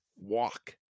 walk